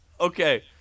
okay